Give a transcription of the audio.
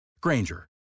Granger